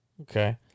Okay